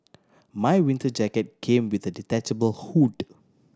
my winter jacket came with a detachable hood